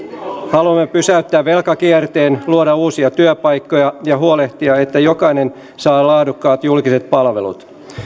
haluamme pysäyttää velkakierteen luoda uusia työpaikkoja ja huolehtia että jokainen saa laadukkaat julkiset palvelut